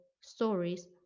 stories